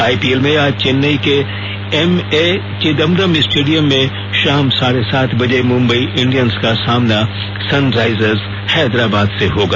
IPL में आज चेन्नई के एमए चिदंबरम स्टेडियम में शाम साढे सात बजे मुंबई इंडियंस का सामना सनराइजर्स हैदराबाद से होगा